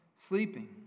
sleeping